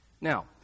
Now